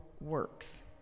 works